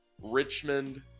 Richmond